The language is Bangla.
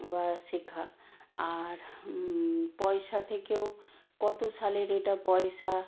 বা শেখা আর পয়সা থেকেও কতো সালের এটা পয়সা